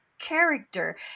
Character